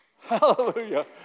Hallelujah